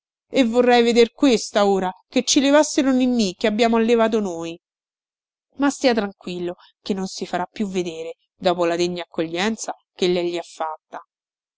e vorrei veder questa ora che ci levassero ninnì che abbiamo allevato noi ma stia tranquillo che non si farà più vedere dopo la degna accoglienza che lei gli ha fatta